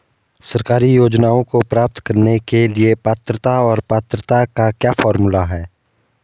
सरकारी योजनाओं को प्राप्त करने के लिए पात्रता और पात्रता का क्या फार्मूला है?